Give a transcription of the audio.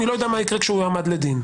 אני לא יודע מה יקרה כשהוא יועמד לדין.